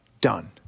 done